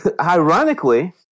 ironically